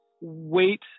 wait